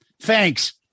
Thanks